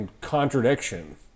contradiction